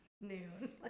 noon